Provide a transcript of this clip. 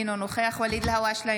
אינו נוכח ואליד אלהואשלה,